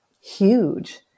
huge